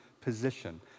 position